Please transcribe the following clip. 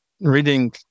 reading